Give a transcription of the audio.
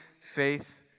faith